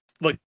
look